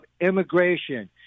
immigration